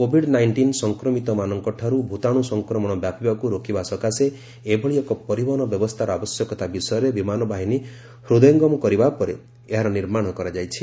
Covid nineteen ସଂକ୍ରମିତମାନଙ୍କଠାରୁ ଭୂତାଣୁ ସଂକ୍ରମଣ ବ୍ୟାପିବାକୁ ରୋକିବା ସକାଶେ ଏଭଳି ଏକ ପରିବହନ ବ୍ୟବସ୍ଥାର ଆବଶ୍ୟକତା ବିଷୟରେ ବିମାନ ବାହିନୀ ହୂଦୟଙ୍ଗମ କରିବା ପରେ ଏହାର ନିର୍ମାଣ କରାଯାଇଛି